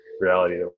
reality